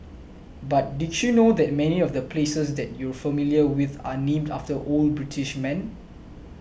but did you know that many of the places that you're familiar with are named after old British men